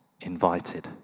invited